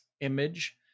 image